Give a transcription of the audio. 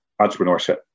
entrepreneurship